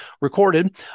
recorded